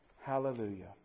Hallelujah